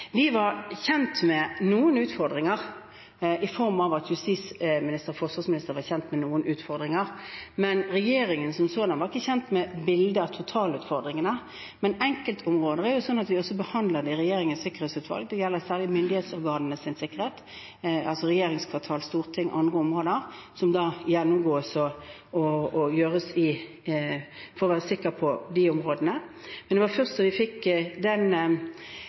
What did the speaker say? og forsvarsministeren var kjent med noen utfordringer, men regjeringen som sådan var ikke kjent med bildet av totalutfordringene. Når det gjelder enkeltområder, behandler vi dem også i Regjeringens sikkerhetsutvalg. Det gjelder særlig myndighetsorganenes sikkerhet – altså regjeringskvartalet, Stortinget, andre områder – som gjennomgås for å være sikker på disse områdene. Men det var først da vi fikk den